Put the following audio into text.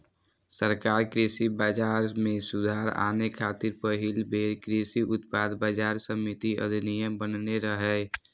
सरकार कृषि बाजार मे सुधार आने खातिर पहिल बेर कृषि उत्पाद बाजार समिति अधिनियम बनेने रहै